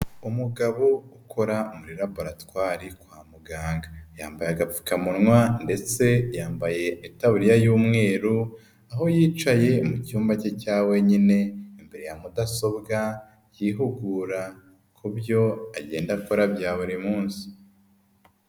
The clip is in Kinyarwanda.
Umugabo ukora muri laboratwari kwa muganga, yambaye agapfukamunwa ndetse yambaye itaburiya y'umweru, aho yicaye mu cyumba cye cya wenyine imbere ya mudasobwa yihuhu ku byo agenda akorara bya buri munsi.